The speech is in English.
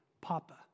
papa